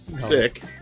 sick